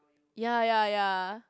ya ya ya